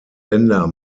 länder